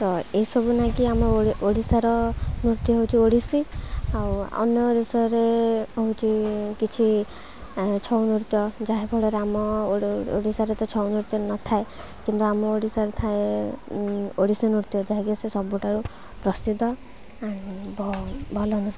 ତ ଏଇସବୁ ନା କି ଆମ ଓଡ଼ିଶାର ନୃତ୍ୟ ହେଉଛି ଓଡ଼ିଶୀ ଆଉ ଅନ୍ୟ ଦେଶରେ ହେଉଛି କିଛି ଛଉ ନୃତ୍ୟ ଯାହାଫଳରେ ଆମ ଓଡ଼ିଶାରେ ତ ଛଉ ନୃତ୍ୟ ନଥାଏ କିନ୍ତୁ ଆମ ଓଡ଼ିଶାରେ ଥାଏ ଓଡ଼ିଶୀ ନୃତ୍ୟ ଯାହାକି ସେ ସବୁଠାରୁ ପ୍ରସିଦ୍ଧ ଭଲ ନୃତ୍ୟ